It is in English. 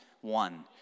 one